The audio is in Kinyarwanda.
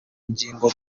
ngingo